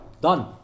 Done